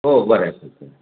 हो बरा आहे ठीक आहे